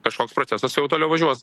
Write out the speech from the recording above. kažkoks procesas jau toliau važiuos